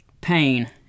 Pain